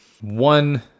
one